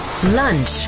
Lunch